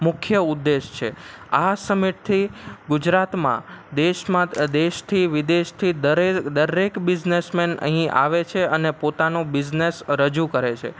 મુખ્ય ઉદ્દેશ છે આ સમિટથી ગુજરાતમાં દેશમાં દેશથી વિદેશથી દરે દરેક બિઝનેસમેન અહીં આવે છે અને પોતાનો બિઝનેસ રજૂ કરે છે